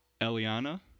Eliana